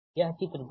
यह चित्र 2 है